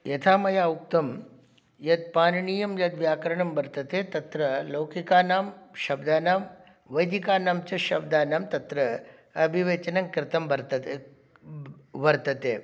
यथा मया उक्तं यत् पाणिनीयं यत् व्याकरणं वर्तते तत्र लौकिकानां शब्दानां वैदिकानाञ्च शब्दानां तत्र विवेचनं कृतं वर्तते